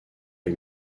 les